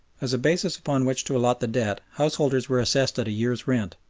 as a basis upon which to allot the debt householders were assessed at a year's rent,